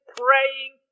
praying